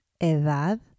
Edad